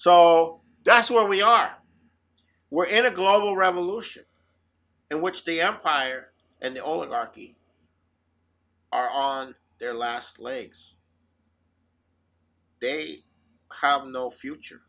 so that's where we are now we're in a global revolution and which the empire and all of archy are on their last legs they have no future